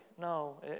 No